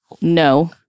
no